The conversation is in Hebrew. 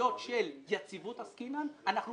בסוגיות של יציבות עסקינן, אנחנו